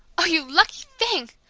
oh, you lucky thing!